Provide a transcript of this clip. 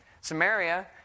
Samaria